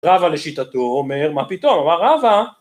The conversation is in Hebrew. רבא לשיטתו אומר, מה פתאום, אמר רבא